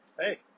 Hey